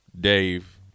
Dave